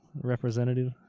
representative